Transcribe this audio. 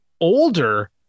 older